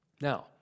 now